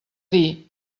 dir